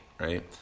right